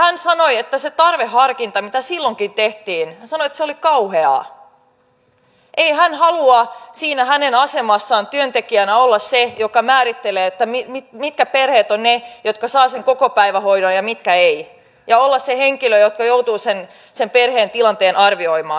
hän sanoi että se tarveharkinta mitä silloinkin tehtiin oli kauheaa ei hän halua siinä hänen asemassaan työntekijänä olla se joka määrittelee mitkä perheet ovat ne jotka saavat sen kokopäivähoidon ja mitkä eivät ja olla se henkilö joka joutuu sen perheen tilanteen arvioimaan